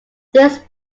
these